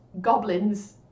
goblins